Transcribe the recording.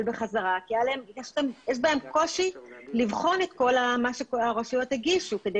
בחזרה היא כי יש לו קושי לבחון את מה שהרשויות הגישו כדי